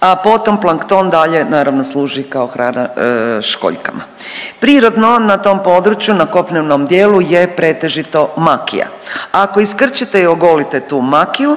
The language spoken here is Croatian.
a potom plankton dalje naravno služi kao hrana školjkama. Prirodno na tom području na kopnenom dijelu je pretežito makija, ako iskrčite i ogolite tu makiju